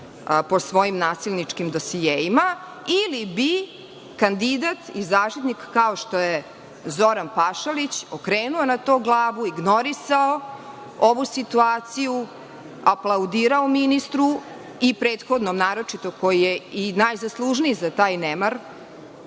po svojim nasilničkim dosijeima? Ili bi kandidat i Zaštitnik, kao što je Zoran Pašalić, okrenuo na to glavu, ignorisao ovu situaciju, aplaudirao ministru i prethodnom, naročito, koji je i najzaslužniji za taj nemar,